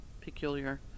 peculiar